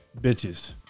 bitches